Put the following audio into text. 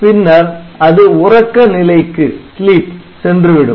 பின்னர் அது உறக்க நிலைக்கு சென்றுவிடும்